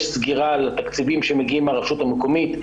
יש סגירה על התקציבים שמגיעים מהרשות המקומית,